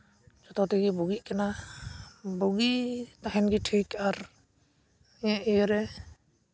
ᱡᱚᱛᱚ ᱛᱮᱜᱮ ᱵᱩᱜᱤᱜ ᱠᱟᱱᱟ ᱵᱩᱜᱤ ᱛᱟᱦᱮᱱ ᱜᱮ ᱴᱷᱤᱠ ᱟᱨ ᱤᱭᱟᱹᱨᱮ